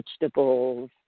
vegetables